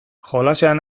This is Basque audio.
jolasean